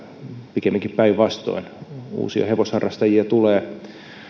pikemminkin päinvastoin uusia hevosharrastajia tulee